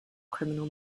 criminal